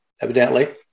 evidently